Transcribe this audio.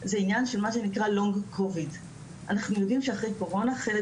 זה עניין של מה שנקרא LONG COVID אנחנו יודעים שאחרי הקורונה חלק